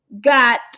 got